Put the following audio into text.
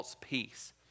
peace